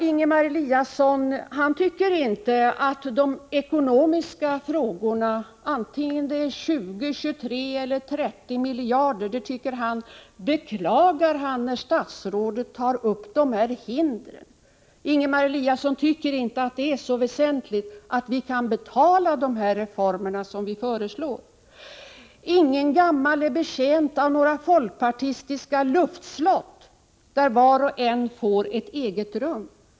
Beträffande de ekonomiska frågorna, vare sig det gäller 20, 23 eller 30 miljarder, beklagar Ingemar Eliasson när ”statsrådet tar upp de här hindren”. Ingemar Eliasson tycker inte det är så väsentligt att vi kan betala de reformer som vi föreslår. Ingen gammal människa är betjänt av några folkpartistiska luftslott, där var och en får ett eget rum.